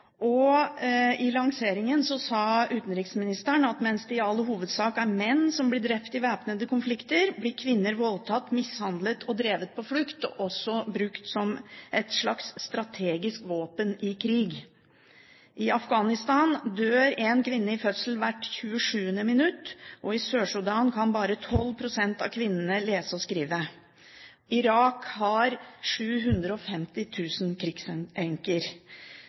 I lanseringen sa utenriksministeren at mens det i all hovedsak er menn som blir drept i væpnede konflikter, blir kvinner voldtatt, mishandlet og drevet på flukt og også brukt som et slags strategisk våpen i krig. I Afghanistan dør en kvinne i fødsel hvert 27. minutt, og i Sør-Sudan kan bare 12 pst. av kvinnene lese og skrive. Irak har